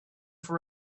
for